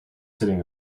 sitting